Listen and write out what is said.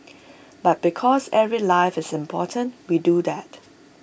but because every life is important we do that